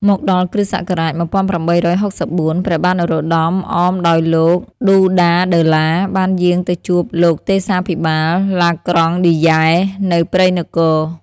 មកដល់គ. ស. ១៨៦៤ ព្រះបាទនរោត្តម អមដោយលោក ឌូដាដឺឡា បានយាងទៅជួបលោកទេសាភិបាល ឡាក្រង់ឌីយែ នៅព្រៃនគរ ។